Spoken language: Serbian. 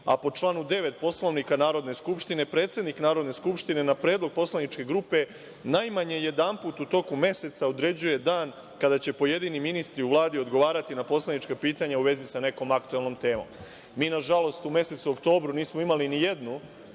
a po članu 9. Poslovnika Narodne skupštine, predsednik Narodne skupštine na predlog poslaničke grupe najmanje jedanput u toku meseca određuje dan kada će pojedini ministri u Vladi odgovarati na poslanička pitanja u vezi sa nekom aktuelnom temom. Mi na žalost, u mesecu oktobru nismo imali nijednu